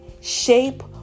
shape